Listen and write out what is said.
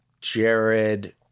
Jared